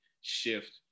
shift